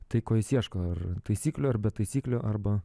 tai ko jis ieško ar taisyklių ar be taisyklių arba